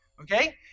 Okay